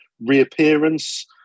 reappearance